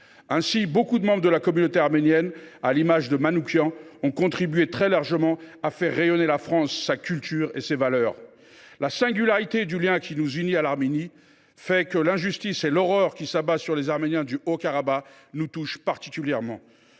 Ainsi, nombre de membres de la communauté arménienne, à l’image de Manouchian, ont contribué très largement à faire rayonner la France, sa culture et ses valeurs. La singularité du lien qui nous unit à l’Arménie fait que l’injustice et l’horreur qui s’abattent sur les Arméniens du Haut Karabagh nous touchent particulièrement.